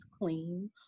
clean